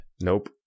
Nope